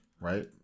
right